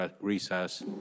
recess